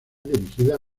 dirigida